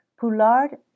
Poulard